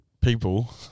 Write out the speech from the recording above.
people